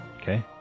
Okay